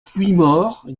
puymaure